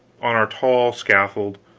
on our tall scaffold,